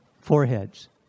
Foreheads